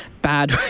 bad